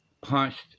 punched